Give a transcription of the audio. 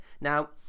Now